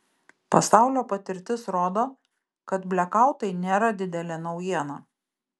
pasaulio patirtis rodo kad blekautai nėra didelė naujiena